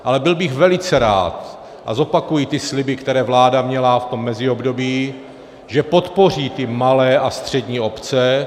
Ale byl bych velice rád, a zopakuji ty sliby, které vláda měla v tom meziobdobí, že podpoří ty malé a střední obce.